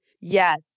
Yes